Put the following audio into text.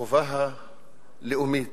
החובה הלאומית,